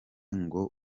ngo